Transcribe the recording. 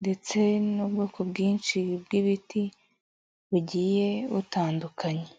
ndetse n'ubwoko bwinshi bw'ibiti, bugiye butandukanye.